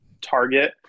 target